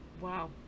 Wow